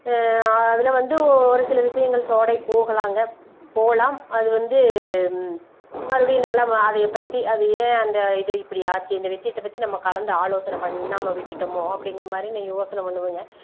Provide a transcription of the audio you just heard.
அதில் வந்து ஒரு சில விஷயங்கள் சோடை போகலாங்க போகலாம் அது வந்து மறுபடியும் நல்லா அதையை பற்றி அது ஏன் அந்த இது இப்படி ஆச்சு இந்த விஷயத்த பற்றி நம்ம கலந்து ஆலோசனை பண்ணாமல் விட்டுவிட்டோமோ அப்படிங்கிற மாதிரி நான் யோசனை பண்ணுவேங்க